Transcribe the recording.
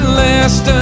last